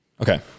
Okay